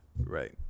right